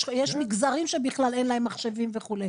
יש מגזרים שבכלל אין להם מחשבים וכו'.